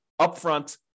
upfront